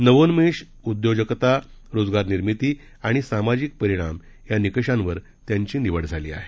नवौन्मेश उद्योगजकता रोजगार निर्मिती आणि सामाजिक परिणाम या निकषांवर त्यांची निवड झाली आहे